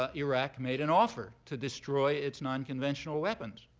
ah iraq made an offer to destroy its nonconventional weapons,